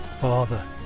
Father